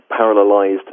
parallelized